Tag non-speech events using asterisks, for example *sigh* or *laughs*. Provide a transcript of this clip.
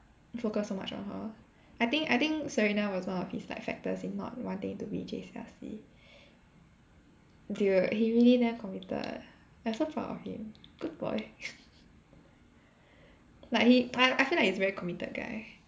focus so much on her I think I think Serena was one of his like factors in not wanting to be in J_C_R_C dude he really damn committed I'm so proud of him good boy *laughs* like he I I feel like he's very committed guy